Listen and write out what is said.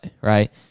right